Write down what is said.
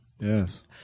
Yes